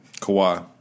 Kawhi